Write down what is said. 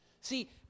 See